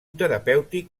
terapèutic